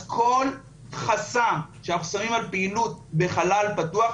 אז כל חסם שאנחנו שמים על פעילות בחלל פתוח,